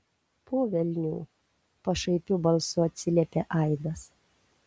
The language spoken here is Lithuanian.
po velnių pašaipiu balsu atsiliepė aidas